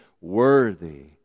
worthy